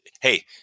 hey